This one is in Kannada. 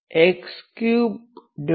3 x31